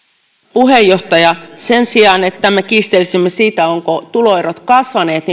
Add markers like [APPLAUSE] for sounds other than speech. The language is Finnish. puheenjohtaja sen sijaan että me kiistelisimme siitä ovatko tuloerot kasvaneet [UNINTELLIGIBLE]